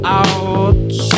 out